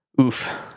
oof